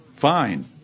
Fine